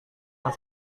yang